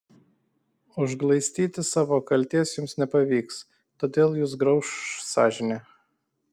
užglaistyti savo kaltės jums nepavyks todėl jus grauš sąžinė